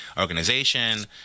organization